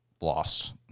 lost